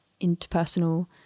interpersonal